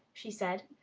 she said.